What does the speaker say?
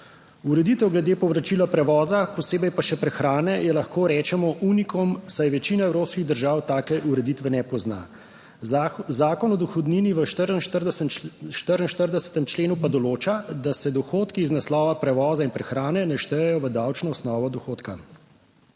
Ureditev glede povračila prevoza, posebej pa še prehrane, je lahko rečemo unikum, saj večina evropskih držav take ureditve ne pozna. Zakon o dohodnini v 44. členu pa določa, da se dohodki iz naslova prevoza in prehrane ne štejejo v davčno osnovo dohodka.